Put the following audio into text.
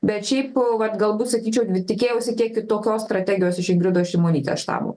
bet šiaip vat galbūt sakyčiau tikėjausi kiek kitokios strategijos iš ingridos šimonytės štabo